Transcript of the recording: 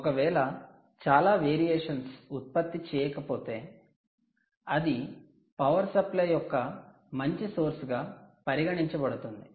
ఒకవేళ చాలా వేరియేషన్స్ ఉత్పత్తి చేయకపోతే అది పవర్ సప్లై యొక్క మంచి సోర్స్ గా పరిగణించబడుతుంది